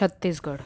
Chhattisgarh